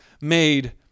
made